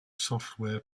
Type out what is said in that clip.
software